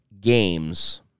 games